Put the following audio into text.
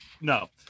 no